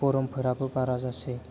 गरमफोराबो बारा जासै